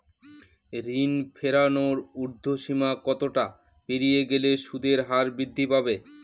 ঋণ ফেরানোর উর্ধ্বসীমা কতটা পেরিয়ে গেলে সুদের হার বৃদ্ধি পাবে?